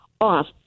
off